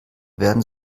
werden